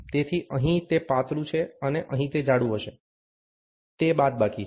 તેથી અહીં તે પાતળું છે અને અહીં તે જાડું હશે તે બાદબાકી છે